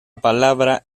palabra